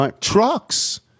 trucks